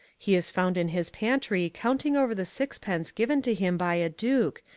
he is found in his pantry counting over the sixpence given to him by a duke,